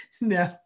No